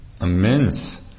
immense